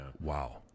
Wow